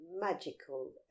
magical